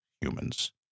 humans